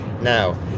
now